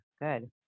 good